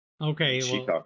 Okay